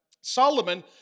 Solomon